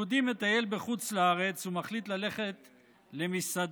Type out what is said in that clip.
יהודי מטייל בחוץ לארץ ומחליט ללכת למסעדה.